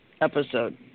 episode